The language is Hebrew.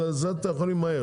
אתם יכולים למהר.